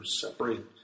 separated